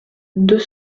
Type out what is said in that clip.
deux